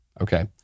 Okay